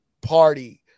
party